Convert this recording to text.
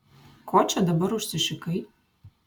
ko čia dabar užsišikai